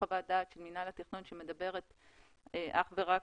חוות דעת של מינהל התכנון שמדברת אך ורק